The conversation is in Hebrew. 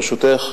ברשותך,